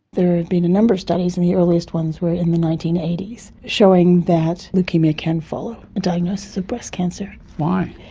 there have been a number of studies, and the earliest ones were in the nineteen eighty s showing that leukaemia can follow a diagnosis of breast cancer. why?